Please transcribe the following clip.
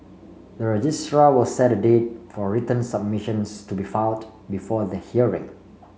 the registrar will set a date for written submissions to be filed before the hearing